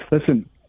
Listen